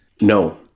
No